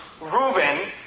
Reuben